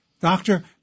Doctor